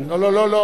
הוא לא יכול.